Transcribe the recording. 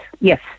yes